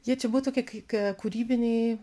jie čia buvo tokia kiek ka kūrybinė